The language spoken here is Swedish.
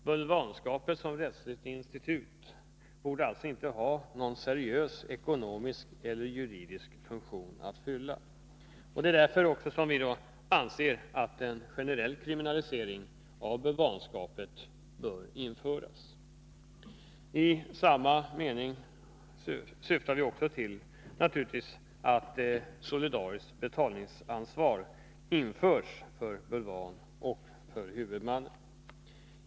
Bulvanskapet såsom rättsligt institut borde alltså inte ha någon seriös ekonomisk eller juridisk funktion att fylla. Vi anser därför att en generell kriminalisering av bulvanskapet bör införas. I samma mening syftar vi naturligtvis till att ett solidariskt betalningsansvar införs för bulvanen och huvudmannen.